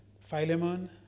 Philemon